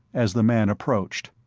as the man approached.